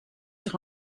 sur